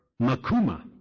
Makuma